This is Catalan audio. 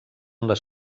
les